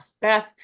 Beth